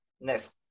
Next